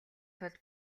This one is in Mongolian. тулд